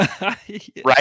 right